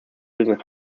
using